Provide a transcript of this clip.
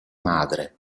madre